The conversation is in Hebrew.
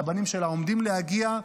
שהבנים שלה עומדים להגיע,